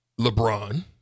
LeBron